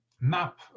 map